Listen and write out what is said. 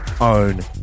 own